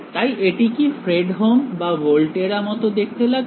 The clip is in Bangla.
তাই এটি কি ফ্রেডহোম বা ভোল্টেরা মতো দেখতে লাগছে